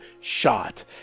shot